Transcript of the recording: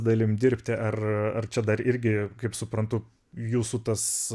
dalim dirbti ar ar čia dar irgi kaip suprantu jūsų tas